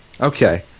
Okay